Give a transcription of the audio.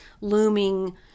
looming